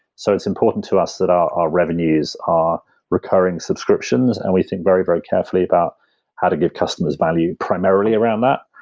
so it's important to us that our revenues are recurring subscriptions, and we think very, very carefully about how to give customers value primarily around that.